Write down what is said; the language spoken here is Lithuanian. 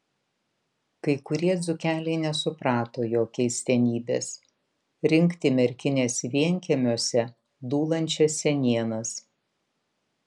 kai kurie dzūkeliai nesuprato jo keistenybės rinkti merkinės vienkiemiuose dūlančias senienas